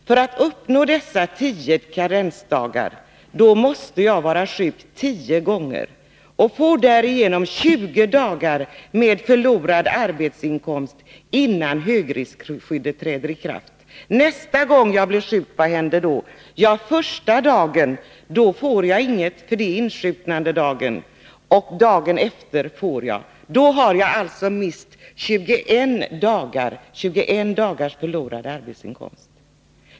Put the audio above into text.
För att komma upp i tio karensdagar måste man vara sjuk tio gånger och får därigenom 20 dagar med förlorad arbetsinkomst innan högriskskyddet träder i kraft. Nästa gång jag blir sjuk, vad händer då? Jo, den första dagen får jag ingenting, för det är insjuknandedagen. Dagen efter får jag ersättning. Då har jag alltså mist 21 dagars arbetsinkomst.